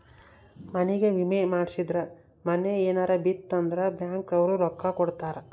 ಮನಿಗೇ ವಿಮೆ ಮಾಡ್ಸಿದ್ರ ಮನೇ ಯೆನರ ಬಿತ್ ಅಂದ್ರ ಬ್ಯಾಂಕ್ ಅವ್ರು ರೊಕ್ಕ ಕೋಡತರಾ